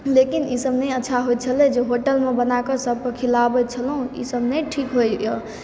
लेकिन ईसभ नहि अच्छा होइ छलय जे होटलमे बनाके सभकेँ खिलाबैत छलहुँ ईसभ नहि ठीक होइए